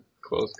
close